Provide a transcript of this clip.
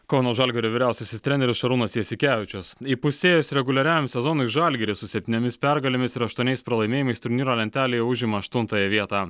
kauno žalgirio vyriausiasis treneris šarūnas jasikevičius įpusėjus reguliariajam sezonui žalgiris su septyniomis pergalėmis ir aštuoniais pralaimėjimais turnyro lentelėje užima aštuntąją vietą